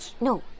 No